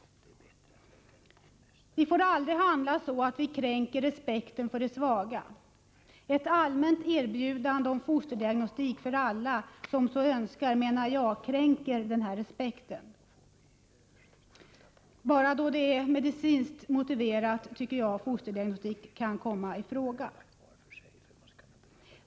Vi får aldrig handla så, att vi kränker respekten för de svaga. Ett allmänt erbjudande om fosterdiagnostik för alla som så önskar, menar jag, innebär en kränkning av denna respekt. Endast då det är medicinskt motiverat tycker jag att fosterdiagnostik kan komma i fråga.